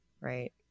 right